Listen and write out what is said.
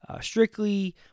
strictly